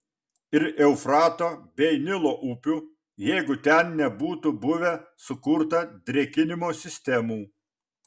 ir eufrato bei nilo upių jeigu ten nebūtų buvę sukurta drėkinimo sistemų